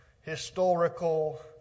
historical